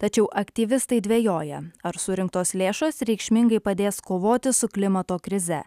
tačiau aktyvistai dvejoja ar surinktos lėšos reikšmingai padės kovoti su klimato krize